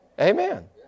Amen